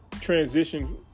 transition